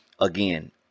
again